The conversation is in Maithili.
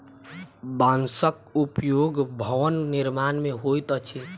बांसक उपयोग भवन निर्माण मे होइत अछि